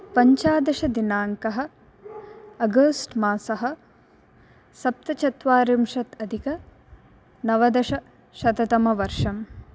पञ्चादशदिनाङ्कः August मासः सप्तचत्वारिंशत्यधिकनवदशशततमवर्षम्